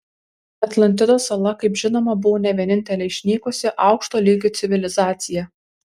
atlantidos sala kaip žinoma buvo ne vienintelė išnykusi aukšto lygio civilizacija